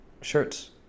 shirts